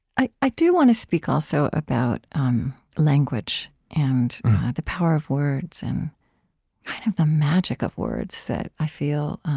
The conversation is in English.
i i do want to speak, also, about um language and the power of words and kind of the magic of words that, i feel,